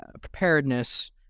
preparedness